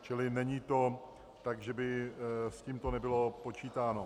Čili není to tak, že by s tímto nebylo počítáno.